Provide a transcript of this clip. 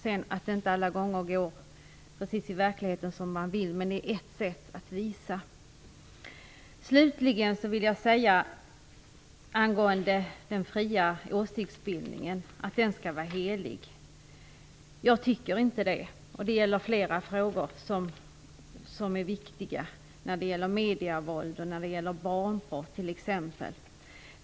Sedan är det en annan sak att det i verkligheten inte alla gånger går precis så som man vill, men det är i alla fall ett sätt att visa var man står. Slutligen vill jag säga att jag inte tycker att den fria åsiktsbildningen skall vara helig. Det gäller flera viktiga frågor, t.ex. medievåld och barnporr.